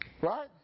Right